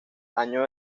año